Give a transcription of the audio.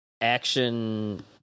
action